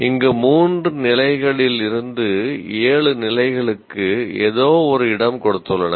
இங்கு 3 நிலைகளில் இருந்து 7 நிலைகளுக்கு ஏதோ ஒரு இடம் கொடுத்துள்ளனர்